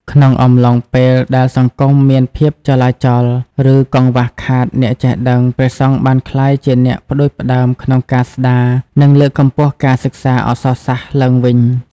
ក្នុងអំឡុងពេលដែលសង្គមមានភាពចលាចល ឬកង្វះខាតអ្នកចេះដឹង ព្រះសង្ឃបានក្លាយជាអ្នកផ្ដួចផ្ដើមក្នុងការស្តារ និងលើកកម្ពស់ការសិក្សាអក្សរសាស្ត្រឡើងវិញ។